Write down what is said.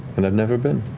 and i've never been.